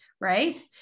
Right